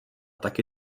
taky